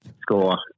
score